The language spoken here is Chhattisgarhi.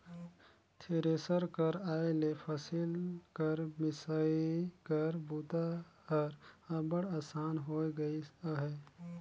थेरेसर कर आए ले फसिल कर मिसई कर बूता हर अब्बड़ असान होए गइस अहे